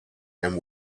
and